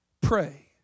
pray